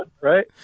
Right